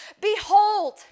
Behold